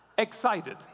Excited